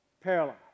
Paralyzed